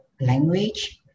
language